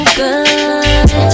good